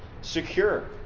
secure